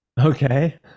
okay